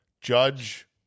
Judge